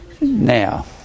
Now